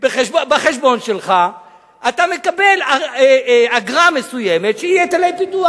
בחשבון שלך אתה מקבל אגרה מסוימת שהיא היטלי פיתוח.